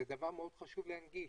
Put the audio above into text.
זה דבר מאוד חשוב להנגיש.